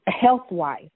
health-wise